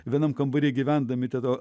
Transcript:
vienam kambary gyvendami tada